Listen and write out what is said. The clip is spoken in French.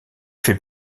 fait